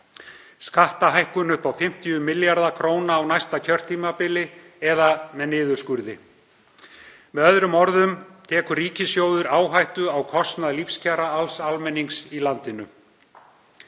skattahækkun upp á 50 milljarða kr. á næsta kjörtímabili eða með niðurskurði. Með öðrum orðum tekur ríkissjóður áhættu á kostnað lífskjara alls almennings í landinu.